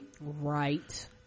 right